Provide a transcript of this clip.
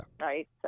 Right